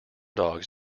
dogs